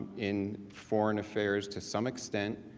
in foreign affairs to some extent.